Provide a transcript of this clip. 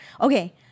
Okay